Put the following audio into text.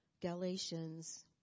Galatians